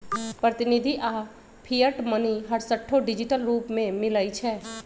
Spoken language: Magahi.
प्रतिनिधि आऽ फिएट मनी हरसठ्ठो डिजिटल रूप में मिलइ छै